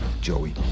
Joey